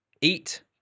eat